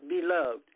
beloved